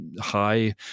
high